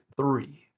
three